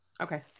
Okay